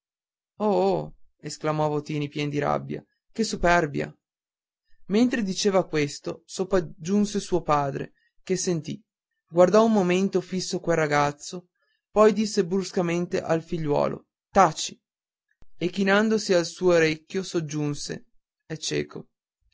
esclamò votini pien di rabbia che superbia mentre diceva questo sopraggiunse suo padre che sentì guardò un momento fisso quel ragazzo poi disse bruscamente al figliuolo taci e chinatosi al suo orecchio soggiunse è cieco